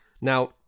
Now